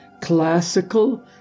classical